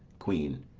queen.